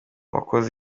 wakoze